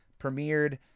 premiered